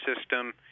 system